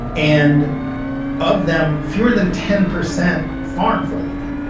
and of them, fewer than ten percent farm for a living.